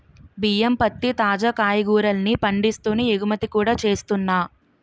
బియ్యం, పత్తి, తాజా కాయగూరల్ని పండిస్తూనే ఎగుమతి కూడా చేస్తున్నా